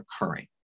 occurring